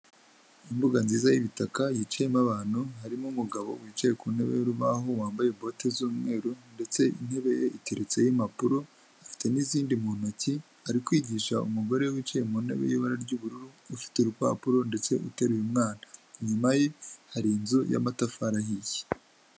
Imbuga nziza y'ibitaka yicayemo abantu, harimo umugabo wicaye ku ntebe y'urubaho wambaye boti z'umweru ndetse intebe ye iterutseho impapuro afite n'izindi mu ntoki ,ari kwigisha umugore wicaye mu ntebe y'ibara ry'ubururu ufite urupapuro ndetse ateruraye umwana inyuma hari inzu y'amatafari ahiye.